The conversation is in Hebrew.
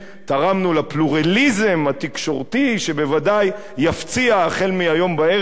תרמנו לפלורליזם התקשורתי שבוודאי יפציע החל מהיום בערב,